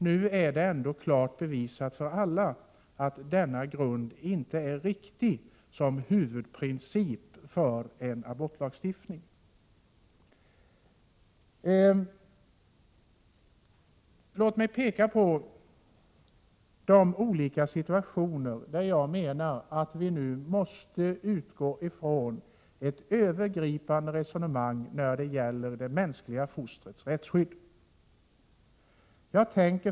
Nu är det ändå klart bevisat för alla att denna grund inte är riktig som huvudprincip för en abortlagstiftning. Låt mig peka på de olika situationer där jag menar att vi nu måste utgå från ett övergripande resonemang när det gäller det mänskliga fostrets rätts 81 skydd.